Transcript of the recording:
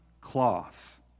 cloth